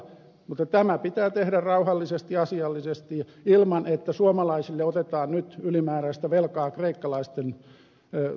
mutta tämä pitää tehdä rauhallisesti asiallisesti ilman että suomalaisille otetaan nyt ylimääräistä velkaa kreikkalaisia varten